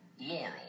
Laurel